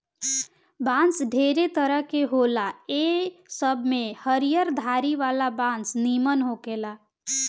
बांस ढेरे तरह के होला आ ए सब में हरियर धारी वाला बांस निमन होखेला